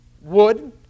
wood